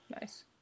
nice